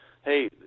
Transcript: hey